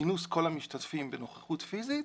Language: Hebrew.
כינוס כל המשתתפים בנוכחות פיסית,